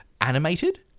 animated